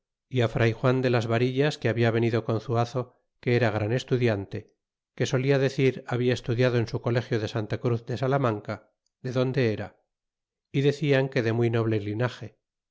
fr juan de las varillas que habla venido con zuazo que era gran estudiante que solía decir habla estudiado en su colegio de santa cruz de salamanca de donde era y decian que de muy noble